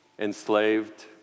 Enslaved